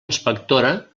inspectora